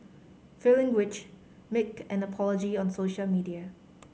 failing which make an apology on social media